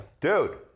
Dude